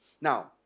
Now